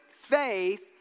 faith